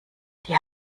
die